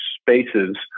spaces